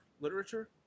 literature